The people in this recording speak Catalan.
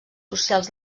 socials